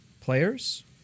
Players